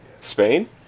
Spain